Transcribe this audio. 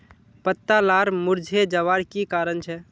पत्ता लार मुरझे जवार की कारण छे?